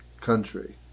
country